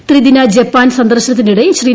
ത്രിദിന ജപ്പാൻ സന്ദർശനത്തിനിടെ ശ്രീ